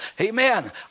Amen